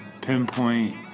pinpoint